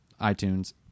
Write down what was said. iTunes